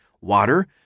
water